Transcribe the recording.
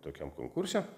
tokiam konkurse